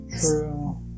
True